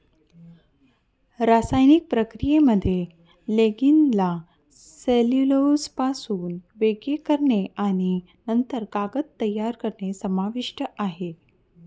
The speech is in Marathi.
रासायनिक प्रक्रियेमध्ये लिग्निनला सेल्युलोजपासून वेगळे करणे आणि नंतर कागद तयार करणे समाविष्ट आहे